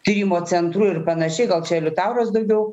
tyrimo centrų ir panašiai gal čia liutauras daugiau